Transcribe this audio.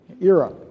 Era